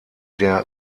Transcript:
der